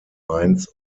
mainz